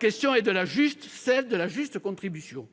que celle de la juste contribution.